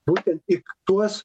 būtent ik tuos